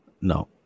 No